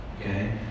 okay